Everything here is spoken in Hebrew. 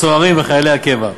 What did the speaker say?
הסוהרים וחיילי הקבע.